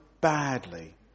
badly